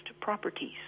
properties